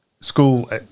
school